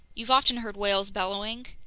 you've often heard whales bellowing?